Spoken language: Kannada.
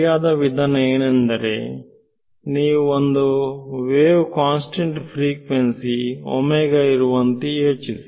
ಸರಿಯಾದ ವಿಧಾನ ಏನೆಂದರೆ ನೀವು ಒಂದು ವೇವ್ ಕಾನ್ಸ್ಟೆಂಟ್ ಫ್ರಿಕ್ವೆನ್ಸಿ ಇರುವಂತೆ ಯೋಚಿಸಿ